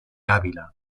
ávila